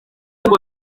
ngo